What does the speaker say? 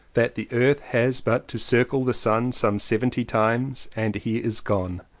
that the earth has but to circle the sun some seventy times and he is gone,